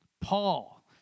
Paul